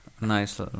nice